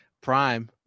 Prime